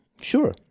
Sure